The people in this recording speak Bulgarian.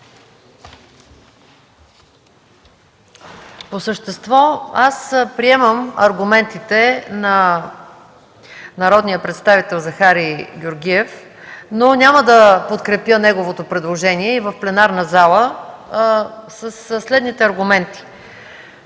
По същество аз приемам аргументите на народния представител Захари Георгиев, но няма да подкрепя неговото предложение и в пленарна зала със следните аргументи: